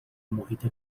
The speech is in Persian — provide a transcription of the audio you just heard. محیط